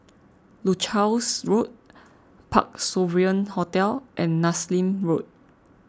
Leuchars Road Parc Sovereign Hotel and Nassim Road